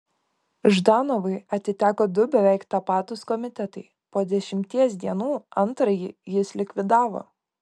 ždanovui atiteko du beveik tapatūs komitetai po dešimties dienų antrąjį jis likvidavo